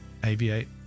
Aviate